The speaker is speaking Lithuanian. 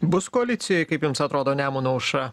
bus koalicijoj kaip jums atrodo nemuno aušra